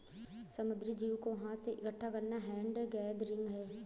समुद्री जीव को हाथ से इकठ्ठा करना हैंड गैदरिंग है